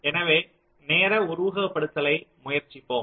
எனவே நேர உருவகப்படுத்துதலை முயற்சிப்போம்